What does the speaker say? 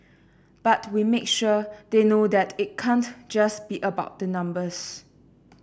but we make sure they know that it can't just be about the numbers